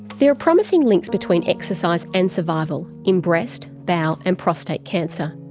there are promising links between exercise and survival in breast, bowel and prostate cancer.